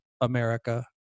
America